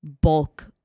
bulk